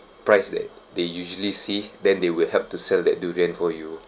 price that they usually see then they will help to sell that durian for you